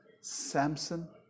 Samson